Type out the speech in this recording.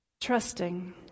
Trusting